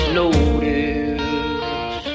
notice